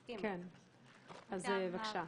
תשלום מכוח הרשאה לחיוב שניתנו ביום התחילה ואילך,